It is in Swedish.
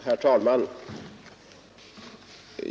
Herr talman!